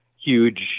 Huge